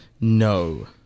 No